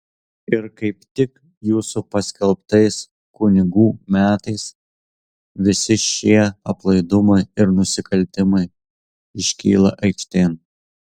ir kaip tik jūsų paskelbtais kunigų metais visi šie aplaidumai ir nusikaltimai iškyla aikštėn